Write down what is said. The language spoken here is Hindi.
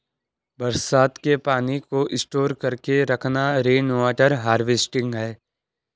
बरसात के पानी को स्टोर करके रखना रेनवॉटर हारवेस्टिंग है